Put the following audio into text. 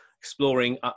Exploring